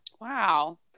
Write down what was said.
Wow